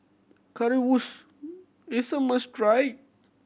currywurst is a must try